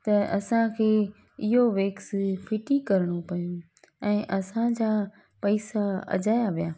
त असां खे इहो वेक्स फिटी करिणो पयो ऐं असांजा पैसा अॼाया विया